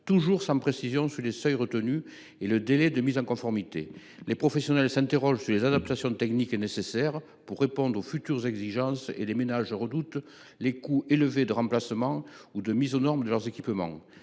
l’attente de précisions sur les seuils retenus et sur les délais de mise en conformité. Les professionnels s’interrogent sur les adaptations techniques nécessaires pour répondre aux futures exigences. Quant aux ménages, ils redoutent les coûts élevés de remplacement ou de mise aux normes de leurs équipements.